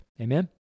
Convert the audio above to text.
Amen